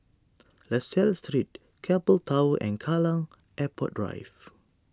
La Salle Street Keppel Towers and Kallang Airport Drive